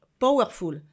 powerful